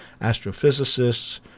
astrophysicists